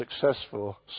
successful